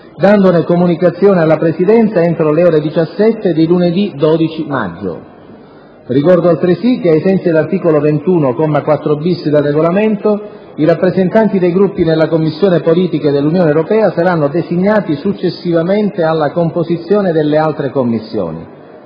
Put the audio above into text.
dandone comunicazione alla Presidenza entro le ore 17 di lunedı12 maggio. Ricordo altresı che ai sensi dell’articolo 21, comma 4-bis, del Regolamento, i rappresentanti dei Gruppi nella Commissione Politiche dell’Unione europea saranno designati successivamente alla composizione delle altre Commissioni.